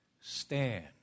stand